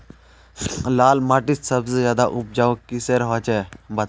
लाल माटित सबसे ज्यादा उपजाऊ किसेर होचए?